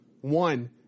One